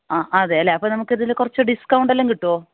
ആ അതെ അല്ലേ അപ്പോൾ നമുക്ക് ഇതിൽ ആ കുറച്ച് ഡിസ്കൗണ്ട്സ് എല്ലാം കിട്ടുമോ